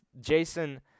Jason